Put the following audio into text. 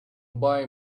buy